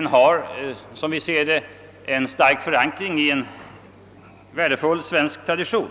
ansluter till en värdefull svensk tradition.